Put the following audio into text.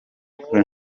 come